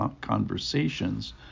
conversations